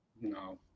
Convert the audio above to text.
No